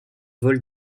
vol